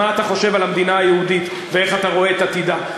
מה אתה חושב על המדינה היהודית ואיך אתה רואה את עתידה,